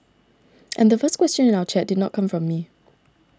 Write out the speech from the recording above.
and the first question in our chat did not come from me